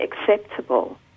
acceptable